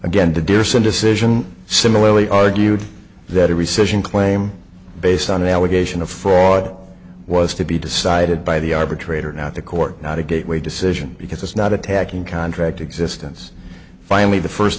again the dear son decision similarly argued that a recession claim based on an allegation of fraud was to be decided by the arbitrator not the court not a gateway decision because it's not attacking contract existence finally the first